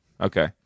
Okay